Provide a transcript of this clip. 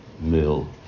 mill